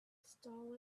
stall